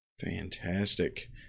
Fantastic